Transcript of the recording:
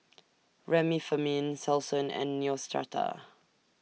Remifemin Selsun and Neostrata